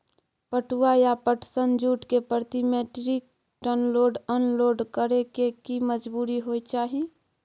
पटुआ या पटसन, जूट के प्रति metric tonne load unload करै के की मजदूरी होय चाही?